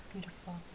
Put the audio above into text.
beautiful